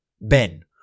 Ben